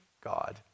God